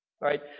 Right